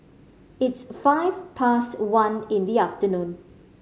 its five past one in the afternoon